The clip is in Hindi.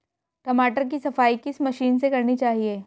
टमाटर की सफाई किस मशीन से करनी चाहिए?